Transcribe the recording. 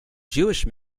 jewish